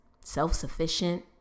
self-sufficient